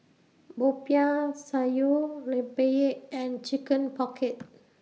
Popiah Sayur Rempeyek and Chicken Pocket